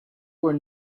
were